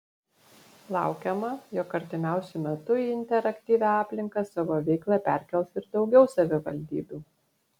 laukiama jog artimiausiu metu į interaktyvią aplinką savo veiklą perkels ir daugiau savivaldybių